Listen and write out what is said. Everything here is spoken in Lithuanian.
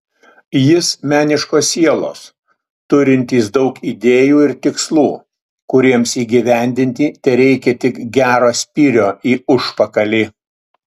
jis meniškos sielos turintis daug idėjų ir tikslų kuriems įgyvendinti tereikia tik gero spyrio į užpakalį